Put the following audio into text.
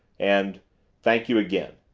and thank you again.